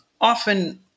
Often